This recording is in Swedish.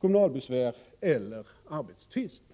kommunalbesvär eller som arbetstvist?